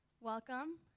welcome